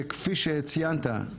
שכפי שציינת,